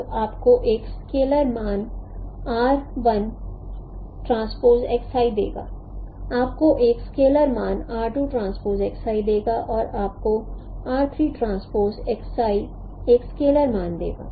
तो आपको एक स्केलर मान देगा आपको एक स्केलर मान देगा और आपको एक स्केलर मान देगा